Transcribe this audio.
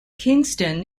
kingston